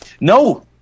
No